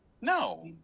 no